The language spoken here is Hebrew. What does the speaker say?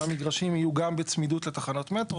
שהמגרשים יהיו גם בצמידות לתחנות מטרו